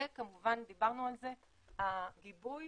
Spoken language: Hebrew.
וכמובן הגיבוי